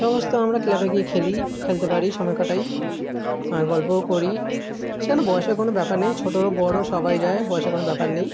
সমস্ত আমরা ক্লাবে গিয়ে খেলি খেলতে পারি সময় কাটাই আর গল্পও করি সেখানে বয়সের কোনোও ব্যাপার নেই ছোট হোক বড় সবাই যায় বয়সের কোনও ব্যাপার নেই